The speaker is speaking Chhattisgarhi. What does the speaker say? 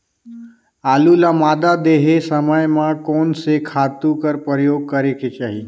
आलू ल मादा देहे समय म कोन से खातु कर प्रयोग करेके चाही?